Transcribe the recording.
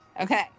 Okay